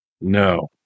No